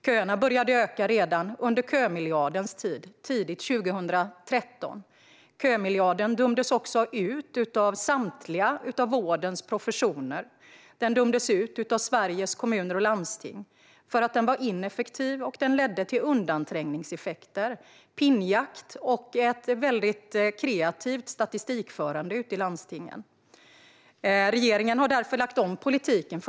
Köerna började öka redan under kömiljardens tid, tidigt 2013. Kömiljarden dömdes också ut av samtliga av vårdens professioner. Den dömdes ut av Sveriges Kommuner och Landsting för att den var ineffektiv och ledde till undanträngningseffekter, pinnjakt och ett väldigt kreativt statistikförande ute i landstingen. Regeringen har därför lagt om politiken.